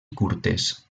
curtes